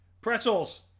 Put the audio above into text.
Pretzels